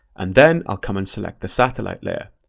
and then i'll come and select the satellite layer.